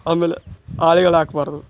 ಆಮೇಲೆ ಹಾಕ್ಬಾರ್ದು